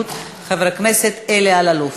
והבריאות חבר הכנסת אלי אלאלוף.